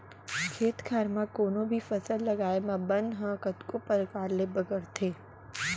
खेत खार म कोनों भी फसल लगाए म बन ह कतको परकार ले बगरथे